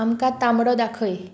आमकां तांबडो दाखय